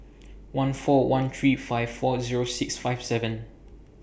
one four one three five four Zero six five seven